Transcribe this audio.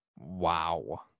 Wow